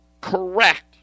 correct